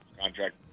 contract